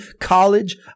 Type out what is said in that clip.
college